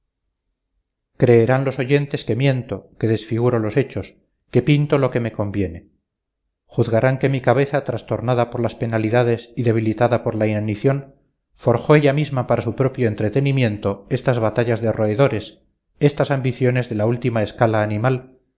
creerán los oyentes que miento que desfiguro los hechos que pinto lo que me conviene juzgarán que mi cabeza trastornada por las penalidades y debilitada por la inanición forjó ella misma para su propio entretenimiento estas batallas de roedores estas ambiciones de la última escala animal